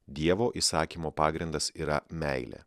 dievo įsakymo pagrindas yra meilė